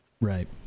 right